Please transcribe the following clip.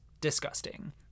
disgusting